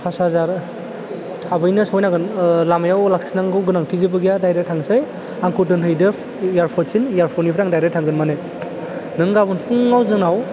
फास हाजार थाबैनो सहैनांगोन लामायाव लाखिनांगौ गोनांथि जेबो गैया डायरेक थांसै आंखौ दोनहैदो एयारपर्टसिम एयारपर्टनिफ्राय आं डायरेक थांगोन माने नों गाबोन फुङाव जोंनाव